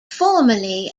formerly